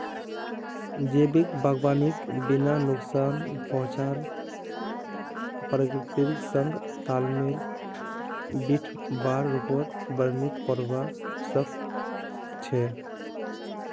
जैविक बागवानीक बिना नुकसान पहुंचाल प्रकृतिर संग तालमेल बिठव्वार रूपत वर्णित करवा स ख छ